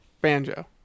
banjo